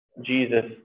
Jesus